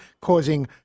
causing